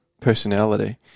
personality